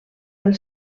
del